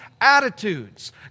attitudes